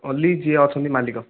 only ଯିଏ ଅଛନ୍ତି ମାଲିକ